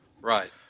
Right